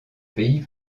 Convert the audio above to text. pays